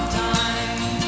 time